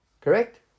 Correct